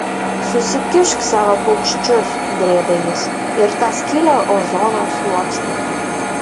susikišk savo paukščius drėbė jis ir tą skylę ozono sluoksnyje